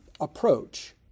approach